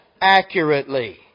accurately